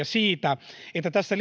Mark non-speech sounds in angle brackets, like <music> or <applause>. <unintelligible> siitä että tässä <unintelligible>